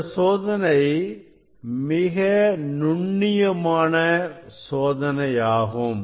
இந்த சோதனை மிக நுண்ணியமான சோதனையாகும்